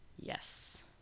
yes